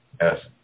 Yes